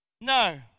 No